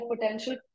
potential